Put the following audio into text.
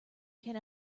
can